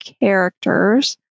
characters